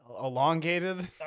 elongated